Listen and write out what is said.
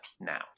now